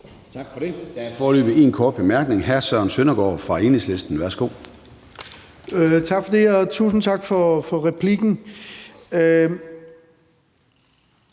Tak for det. Der er foreløbig én kort bemærkning. Hr. Søren Søndergaard fra Enhedslisten. Værsgo. Kl. 12:54 Søren Søndergaard (EL): Tak for det, og tusind tak for replikken.